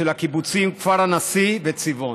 של הקיבוצים כפר הנשיא וצבעון.